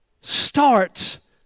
starts